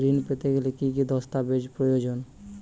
ঋণ পেতে গেলে কি কি দস্তাবেজ প্রয়োজন?